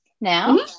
now